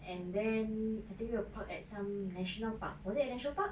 and then I think we were parked at some national park was it a national park